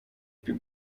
più